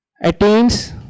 Attains